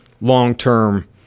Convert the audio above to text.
long-term